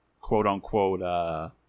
quote-unquote